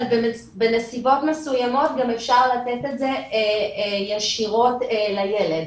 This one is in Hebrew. אבל בנסיבות מסוימות גם אפשר לתת את זה ישירות לילד.